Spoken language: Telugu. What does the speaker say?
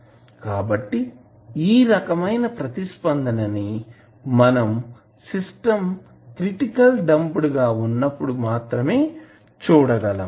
కాబట్టి ఈ రకం ప్రతిస్పందన ని మనం సిస్టం క్రిటికల్లి డాంప్డ్ గా ఉన్నప్పుడు చూడగలము